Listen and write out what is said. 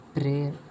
Prayer